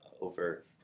over